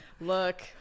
Look